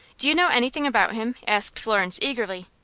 do you know anything about him? asked florence, eagerly.